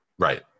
Right